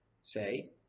say